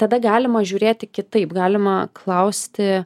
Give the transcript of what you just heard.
tada galima žiūrėti kitaip galima klausti